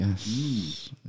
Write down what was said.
Yes